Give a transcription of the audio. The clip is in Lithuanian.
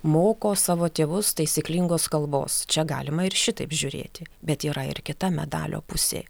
moko savo tėvus taisyklingos kalbos čia galima ir šitaip žiūrėti bet yra ir kita medalio pusė